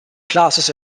classes